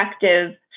effective